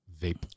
vape